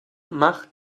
mach